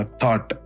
thought